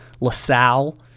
LaSalle